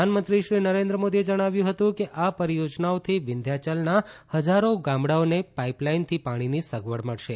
પ્રધાનમંત્રી શ્રી નરેન્દ્ર મોદીએ જણાવ્યું હતું કે આ પરીયોજનાઓથી વિધ્યાયલના હજારો ગામડાઓને પાઇપ લાઇનથી પાણીની સગવડ મળશે